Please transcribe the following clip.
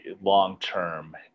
long-term